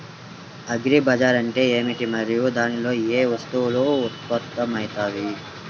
Agri bazaar అంటే ఏమిటి మరియు దానిలో ఏ వస్తువు ఉత్తమమైనది?